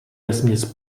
vesměs